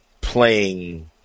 playing